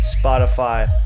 Spotify